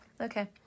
okay